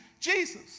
Jesus